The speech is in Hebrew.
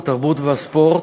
התרבות והספורט.